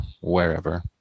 wherever